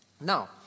Now